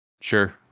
sure